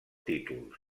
títols